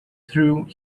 through